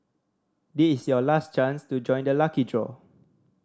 this is your last chance to join the lucky draw